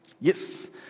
Yes